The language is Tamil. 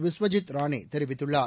விஸ்வஜித் ரானே தெரிவித்துள்ளார்